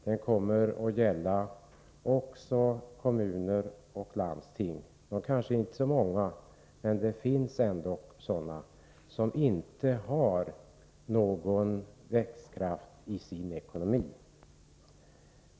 Det kommer att gälla också kommuner och landsting — kanske inte så många, men det finns ändock sådana — som inte har någon växtkraft i sin ekonomi.